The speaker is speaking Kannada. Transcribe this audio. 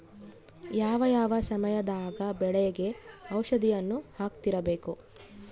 ಯಾವ ಯಾವ ಸಮಯದಾಗ ಬೆಳೆಗೆ ಔಷಧಿಯನ್ನು ಹಾಕ್ತಿರಬೇಕು?